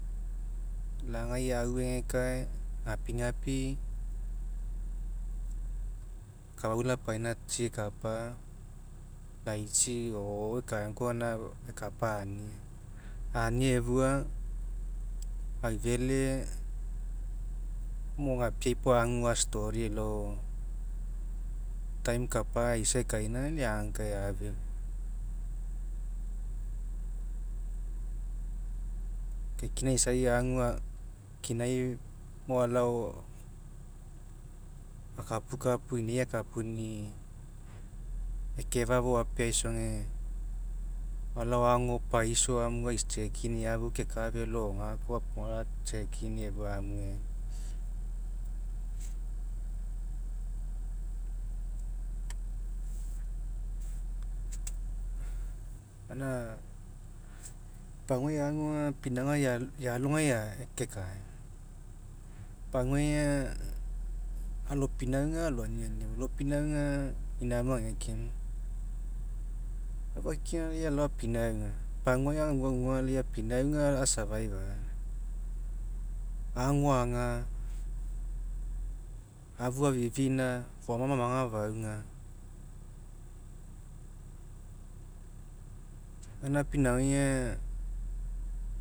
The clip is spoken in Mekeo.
Lagai auegekae gapigapi akafau lapaina tsi ekapa, laitsi o o'o gaina ekae koa aga ani'i. Ani'i efua aufele, mo gapiai puo agu a'story elao time kapa aisa ekaina aga, lai agaukae afeu. ke kina isai kinai mo alao akapukapu inei akapuni, ekefa'a fou apeaisoge alao ago paiso a'check'ini amu keka felo o gakopoga a'check'ini efua amue. gaina paguai agu pinauga, ealogai kekae paguai aga alopinauga aloaniani afolopinauga aga inaemu agekimu. Aufakina lai alao apinauga, pagua aguaguga lai apinauga a'survive agu. Ago a'aga, afu afifina foama maga afauga, gaina pinaugai aga